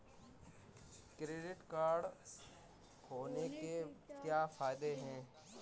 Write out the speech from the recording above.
Credit card होने के क्या फायदे हैं?